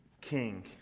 king